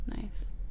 nice